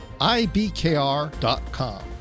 IBKR.com